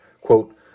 quote